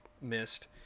missed